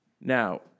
Now